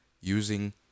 using